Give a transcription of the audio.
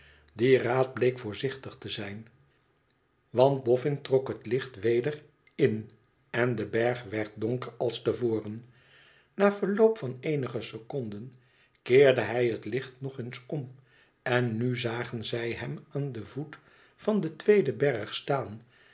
die raad bleek voorzichtig te zijn want boffln trok het licht weder in en de berg werd donker als te voren na verloop van eenige seconden keerde hij het licht nog eens om en nu zagen zij hem aan den voet van den tweeden berg staan